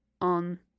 on